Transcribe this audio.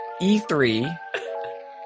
e3